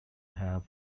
have